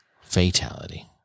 Fatality